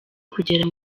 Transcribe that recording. kugera